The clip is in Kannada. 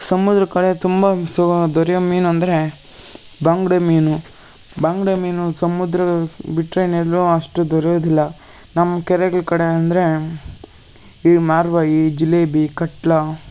ಸಮುದ್ರ ಕಡೆ ತುಂಬ ದೊರೆಯುವ ಮೀನು ಅಂದರೆ ಬಂಗ್ಡೆ ಮೀನು ಬಂಗ್ಡೆ ಮೀನು ಸಮುದ್ರ ಬಿಟ್ಟರೆ ಇನ್ನು ಎಲ್ಲೂ ಅಷ್ಟು ದೊರೆಯೋದಿಲ್ಲ ನಮ್ಮ ಕೆರೆಗಳು ಕಡೆ ಅಂದರೆ ಈ ಮಾರ್ವ ಈ ಜಿಲೆಬಿ ಕಟ್ಲಾ